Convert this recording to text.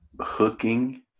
hooking